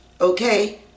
Okay